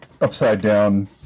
upside-down